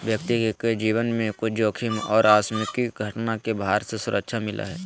व्यक्ति के जीवन में कुछ जोखिम और आकस्मिक घटना के भार से सुरक्षा मिलय हइ